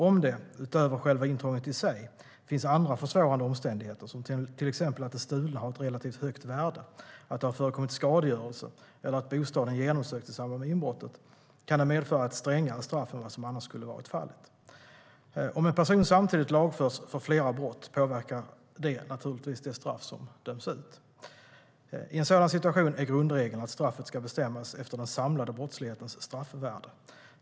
Om det - utöver själva intrånget i sig - finns andra försvårande omständigheter, som till exempel att det stulna har ett relativt högt värde, att det har förekommit skadegörelse eller att bostaden genomsökts i samband med inbrottet, kan det medföra ett strängare straff än vad som annars skulle ha blivit fallet. Om en person samtidigt lagförs för flera brott påverkar det naturligtvis det straff som döms ut. I en sådan situation är grundregeln att straffet ska bestämmas efter den samlade brottslighetens straffvärde.